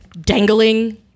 dangling